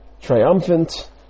triumphant